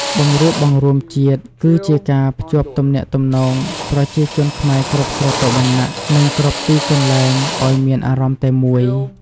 បង្រួបបង្រួមជាតិគឹជាការ ភ្ជាប់ទំនាក់ទំនងប្រជាជនខ្មែរគ្រប់ស្រទាប់វណ្ណៈ និងគ្រប់ទីកន្លែងឲ្យមានអារម្មណ៍តែមួយ។